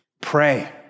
pray